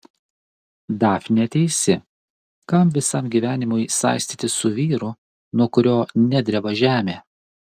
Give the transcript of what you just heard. dafnė teisi kam visam gyvenimui saistytis su vyru nuo kurio nedreba žemė